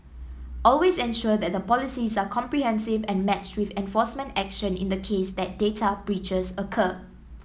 always ensure that the policies are comprehensive and matched with enforcement action in the case that data breaches occur